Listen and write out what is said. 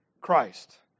Christ